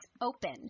open